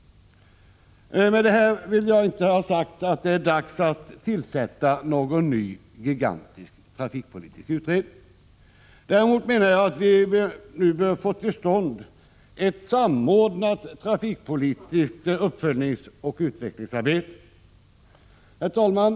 Med det här vill jag inte ha sagt att det är dags att tillsätta någon ny gigantisk trafikpolitisk utredning. Däremot menar jag att vi nu bör få till stånd ett samordnat trafikpolitiskt uppföljningsoch utvecklingsarbete. Herr talman!